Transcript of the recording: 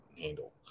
handle